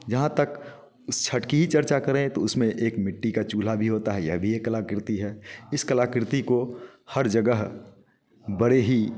जहाँ तक इस छठ की ही चर्चा करें तो उसमें एक मिट्टी का चूल्हा भी होता है यह भी एक कलाकृति है इस कलाकृति को हर जगह बड़े ही